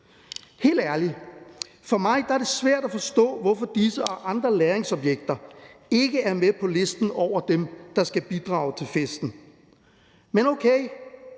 Helt ærligt, for mig er det svært at forstå, hvorfor disse og andre lagringsobjekter ikke er med på listen over dem, der skal bidrage til festen. Men okay,